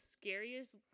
scariest